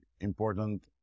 important